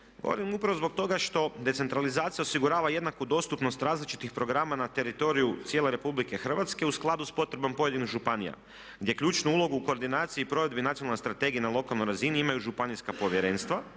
Govorim upravo zbog toga što decentralizacija osigurava jednaku dostupnost različitih programa na teritoriju cijele Republike Hrvatske u skladu sa potrebom pojedinih županija gdje ključnu ulogu u koordinaciji i provedbi Nacionalne strategije na lokalnoj razini imaju županijska povjerenstva